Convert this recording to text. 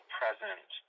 present